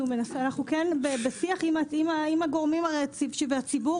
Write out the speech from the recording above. אנחנו בשיח עם הגורמים של הציבור,